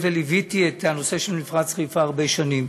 היות שליוויתי את הנושא של מפרץ חיפה הרבה שנים